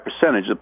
percentage